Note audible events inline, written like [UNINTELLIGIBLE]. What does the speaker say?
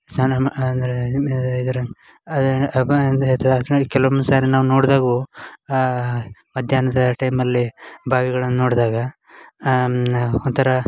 ಸ್ನಾನ ಮಾ ಅಂದರೆ ಇನ್ನು ಇದರನ್ [UNINTELLIGIBLE] ಕೆಲವೊಂದು ಸಾರಿ ನಾವು ನೋಡಿದಾಗೂ ಮಧ್ಯಾಹ್ನದ ಟೈಮಲ್ಲಿ ಬಾವಿಗಳನ್ನು ನೋಡಿದಾಗ ನ ಒಂಥರ